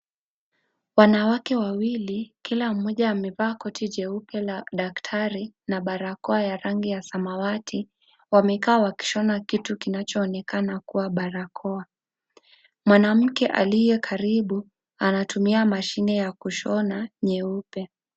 Wanawake wawili kila mmoja amevaa koti jeupe la daktari na barakoa ya rangi ya samawati wamekaa wakishona kitu kinachoonekana kama barakoa . Mwanamke aliyekaribu anatumia mashine ya kushona nyeupe.